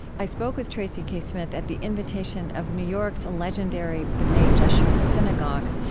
i spoke with tracy k. smith at the invitation of new york's legendary b'nai jeshurun synagogue,